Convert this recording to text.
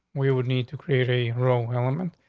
we would need to create a role element.